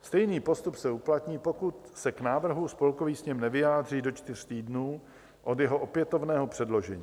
Stejný postup se uplatní, pokud se k návrhu Spolkový sněm nevyjádří do čtyř týdnů od jeho opětovného předložení.